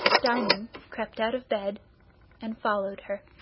diamond crept out of bed and followed her.